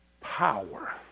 power